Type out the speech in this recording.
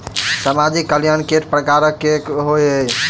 सामाजिक कल्याण केट प्रकार केँ होइ है?